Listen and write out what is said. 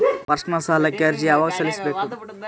Personal ಸಾಲಕ್ಕೆ ಅರ್ಜಿ ಯವಾಗ ಸಲ್ಲಿಸಬೇಕು?